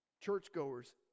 churchgoers